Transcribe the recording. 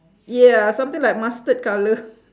yeah something like mustard colour